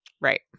Right